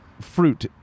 fruit